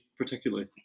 particularly